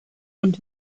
und